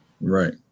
Right